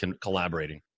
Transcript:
collaborating